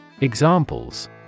Examples